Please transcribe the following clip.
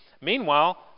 Meanwhile